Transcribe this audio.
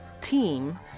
team